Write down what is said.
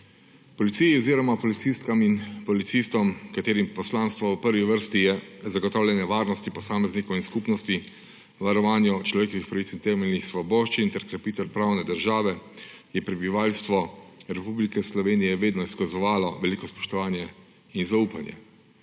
Policiji oziroma policistkam in policistom, katerim poslanstvo v prvi vrsti je zagotavljanje varnosti posameznikov in skupnosti, varovanje človekovih pravic in temeljnih svoboščin ter krepitev pravne države, je prebivalstvo Republike Slovenije vedno izkazovalo veliko spoštovanje in zaupanje.